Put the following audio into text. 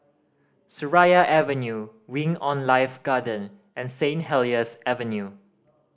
Seraya Avenue Wing On Life Garden and Saint Helier's Avenue